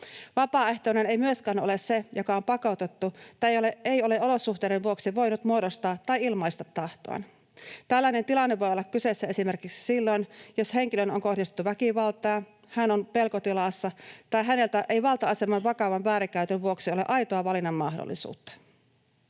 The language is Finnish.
Vapaaehtoinen ei myöskään ole se, joka on pakotettu tai ei ole olosuhteiden vuoksi voinut muodostaa tai ilmaista tahtoaan. Tällainen tilanne voi olla kyseessä esimerkiksi silloin, jos henkilöön on kohdistettu väkivaltaa, hän on pelkotilassa tai hänellä ei valta-aseman vakavan väärinkäytön vuoksi ole aitoa valinnan mahdollisuutta.